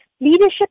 leadership